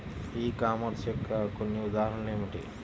ఈ కామర్స్ యొక్క కొన్ని ఉదాహరణలు ఏమిటి?